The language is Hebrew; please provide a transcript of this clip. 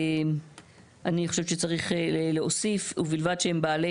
אני חושבת שצריך להוסיף "ובלבד שהם בעלי